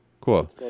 cool